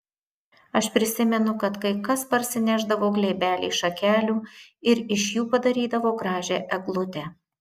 aš prisimenu kad kai kas parsinešdavo glėbelį šakelių ir iš jų padarydavo gražią eglutę